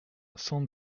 cent